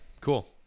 cool